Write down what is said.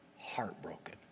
heartbroken